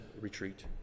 retreat